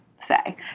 Say